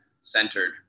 centered